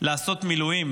לעשות מילואים